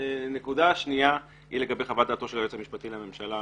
הנקודה השנייה היא לגבי חוות דעתו של היועץ המשפטי לממשלה,